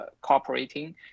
cooperating